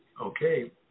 okay